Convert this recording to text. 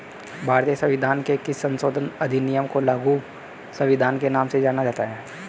भारतीय संविधान के किस संशोधन अधिनियम को लघु संविधान के नाम से जाना जाता है?